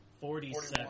forty-seven